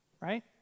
right